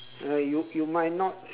uh you you might not